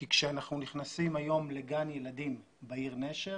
כי כאשר אנחנו נכנסים היום לגן ילדים בעיר נשר,